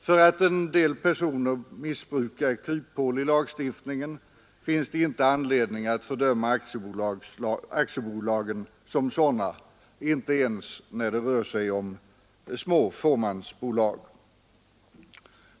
För att en del personer missbrukat kryphål i lagstiftningen finns det ingen anledning att fördöma aktiebolagen som sådana, inte ens när det rör sig om små fåmansbolag.